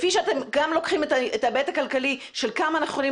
אתם לוקחים גם את ההיבט הכלכלי שלכמה אנחנו יכולים